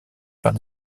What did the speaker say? par